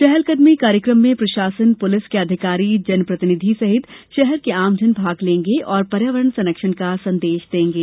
चहलकदमी कार्यक्रम में प्रशासन पुलिस के अधिकारी जनप्रतिनिधि सहित शहर के आमजन भाग लेंगे और पर्यावरण संरक्षण का संदेश देंगे